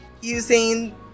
using